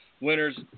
winners